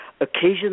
Occasionally